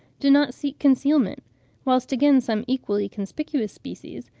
do not seek concealment whilst again some equally conspicuous species,